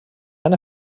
han